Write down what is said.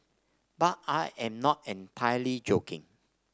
but I am not entirely joking